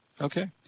Okay